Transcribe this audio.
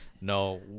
no